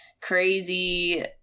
Crazy